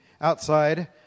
outside